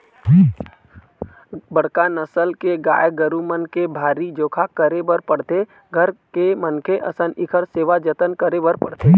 बड़का नसल के गाय गरू मन के भारी जोखा करे बर पड़थे, घर के मनखे असन इखर सेवा जतन करे बर पड़थे